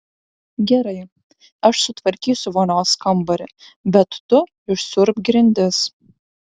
gerai aš sutvarkysiu vonios kambarį bet tu išsiurbk grindis